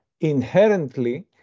inherently